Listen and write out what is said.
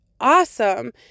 awesome